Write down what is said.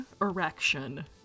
ERECTION